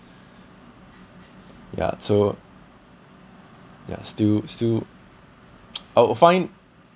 ya so ya still still I would find